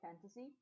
fantasy